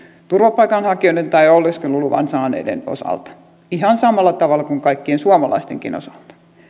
turvapaikanhakijoiden tai oleskeluluvan saaneiden osalta ihan samalla tavalla kuin kaikkien suomalaistenkin osalta